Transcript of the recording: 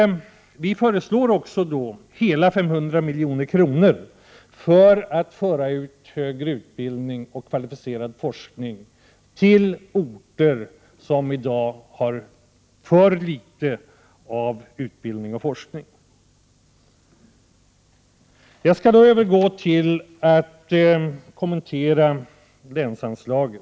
Vi föreslår hela 500 milj.kr. för att föra ut högre utbildning och kvalificerad forskning till orter som i dag har för litet utbildning och forskning. Jag skall nu övergå till att kommentera länsanslaget.